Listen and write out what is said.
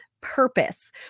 purpose